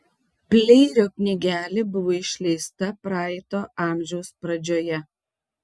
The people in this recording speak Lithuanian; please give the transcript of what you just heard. pleirio knygelė buvo išleista praeito amžiaus pradžioje